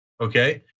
Okay